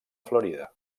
florida